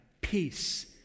peace